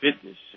Fitness